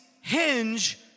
hinge